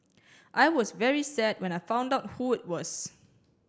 I was very sad when I found out who it was